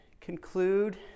conclude